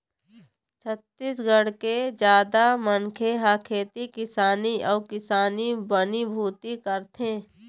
छत्तीसगढ़ के जादा मनखे ह खेती किसानी अउ किसानी बनी भूथी करथे